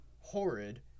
horrid